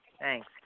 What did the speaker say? Thanks